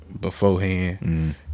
beforehand